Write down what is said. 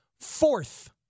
fourth